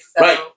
Right